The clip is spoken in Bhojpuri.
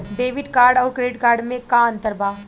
डेबिट कार्ड आउर क्रेडिट कार्ड मे का अंतर बा?